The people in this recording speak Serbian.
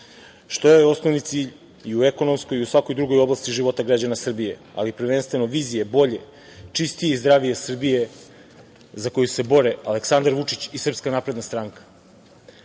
što je osnovni cilj i u ekonomskoj i u svakoj drugoj oblasti života građana Srbije, ali prvenstveno vizije bolje, čistije i zdravije Srbije za koju se bore Aleksandar Vučić i SNS. Jer, svaki